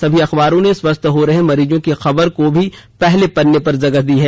सभी अखबारों ने स्वस्थ हो रहे मरीजों की खबर को भी पहले पन्ने पर जगह दी है